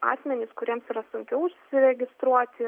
asmenys kuriems yra sunkiau užsiregistruoti